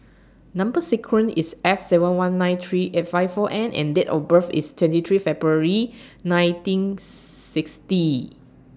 Number sequence IS S seven one nine three eight five four N and Date of birth IS twenty three February nineteen sixty